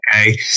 Okay